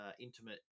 intimate